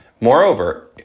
Moreover